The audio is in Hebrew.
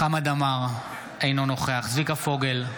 חמד עמאר, אינו נוכח צביקה פוגל,